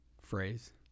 phrase